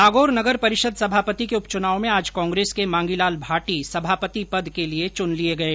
नागौर नगर परिषद सभापति के उपच्नाव में आज कांग्रेस के मांगीलाल भाटी सभापति पद के लिए चुन लिए गए